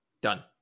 done